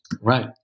Right